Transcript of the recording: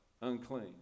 unclean